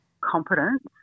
competence